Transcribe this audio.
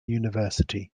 university